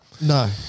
No